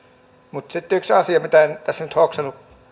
mutta yhtä asiaa en tässä nyt hoksannut